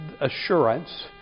assurance